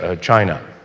China